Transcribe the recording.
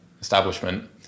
establishment